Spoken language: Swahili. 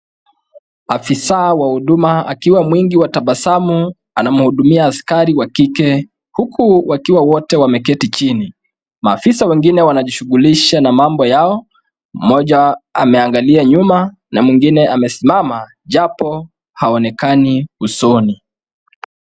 Afisa wa huduma akiwa mwingi wa tabasamu, anamhudumia askari wa kike, huku wakiwa wote wameketi chini. Maafisa wengine wanajishughulisha na mambo yao, mmoja ameangalia nyuma, na mwingine amesimama japo haonekani usoni.